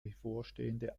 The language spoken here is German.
bevorstehende